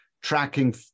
tracking